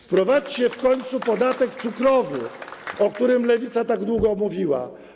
Wprowadźcie w końcu podatek cukrowy, o którym Lewica tak długo mówiła.